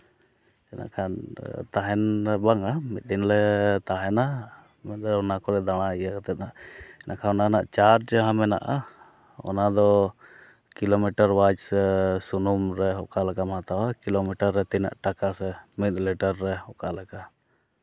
ᱛᱟᱦᱮᱱ ᱫᱚ ᱵᱟᱝᱟ ᱢᱤᱫ ᱫᱤᱱ ᱞᱮ ᱛᱟᱦᱮᱱᱟ ᱚᱱᱟ ᱠᱚᱨᱮᱫ ᱫᱟᱬᱟ ᱤᱭᱟᱹ ᱠᱟᱛᱮᱫ ᱫᱚ ᱮᱸᱰᱮᱠᱷᱟᱱ ᱚᱱᱟ ᱨᱮᱱᱟᱜ ᱪᱟᱨᱡᱽ ᱡᱟᱦᱟᱸ ᱢᱮᱱᱟᱜᱼᱟ ᱚᱱᱟᱫᱚ ᱠᱤᱞᱳᱢᱤᱴᱟᱨ ᱚᱣᱟᱭᱤᱥ ᱥᱩᱱᱩᱢ ᱨᱮ ᱚᱠᱟ ᱞᱮᱠᱟᱢ ᱦᱟᱛᱟᱣᱟ ᱠᱤᱞᱳᱢᱤᱴᱟᱨ ᱨᱮ ᱛᱤᱱᱟᱹᱜ ᱴᱟᱠᱟ ᱥᱮ ᱢᱤᱫ ᱞᱤᱴᱟᱨ ᱨᱮ ᱚᱠᱟ ᱞᱮᱠᱟ